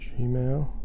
Gmail